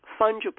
fungible